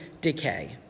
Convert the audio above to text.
decay